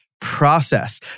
process